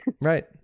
Right